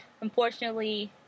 unfortunately